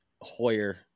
Hoyer